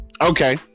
Okay